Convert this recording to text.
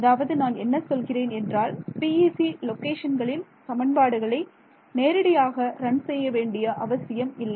அதாவது நான் என்ன சொல்கிறேன் என்றால் PEC லொகேஷன்களில் சமன்பாடுகளை நேரடியாக ரன் செய்ய வேண்டிய அவசியம் இல்லை